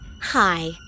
Hi